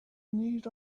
need